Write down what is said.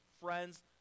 friends